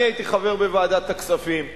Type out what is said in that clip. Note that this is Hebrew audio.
אני הייתי חבר בוועדת הכספים,